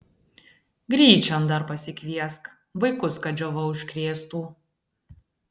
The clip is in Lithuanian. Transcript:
gryčion dar pasikviesk vaikus kad džiova užkrėstų